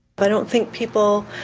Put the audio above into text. but don't think people,